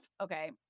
okay